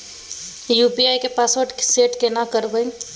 UPI के password set केना करबे?